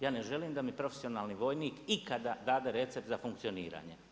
Ja ne želim da mi profesionalni vojnik ikada dade recept za funkcioniranje.